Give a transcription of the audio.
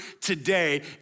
today